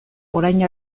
orain